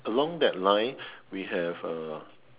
along that line we have uh